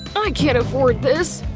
i can't afford this!